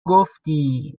گفتی